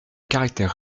caractère